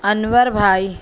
انور بھائی